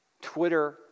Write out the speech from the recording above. Twitter